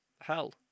hell